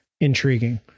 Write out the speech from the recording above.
intriguing